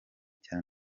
cya